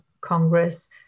Congress